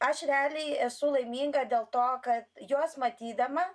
aš realiai esu laiminga dėl to kad juos matydama